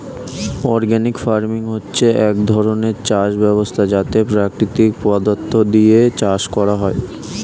organic farming হচ্ছে এক ধরণের চাষ ব্যবস্থা যাতে প্রাকৃতিক পদার্থ দিয়ে চাষ করা হয়